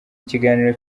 ikiganiro